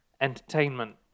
entertainment